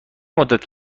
مدت